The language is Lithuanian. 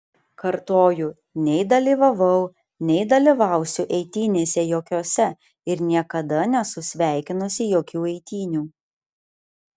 kartoju nei dalyvavau nei dalyvausiu eitynėse jokiose ir niekada nesu sveikinusi jokių eitynių